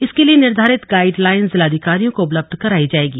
इसके लिए निर्धारित गाइड लाइन जिलाधिकारियों को उपलब्ध करायी जायेगी